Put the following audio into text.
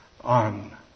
on